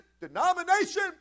denomination